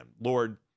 Lord